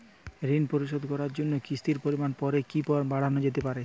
ঋন পরিশোধ করার জন্য কিসতির পরিমান পরে কি বারানো যেতে পারে?